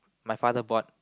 my father bought